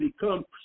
become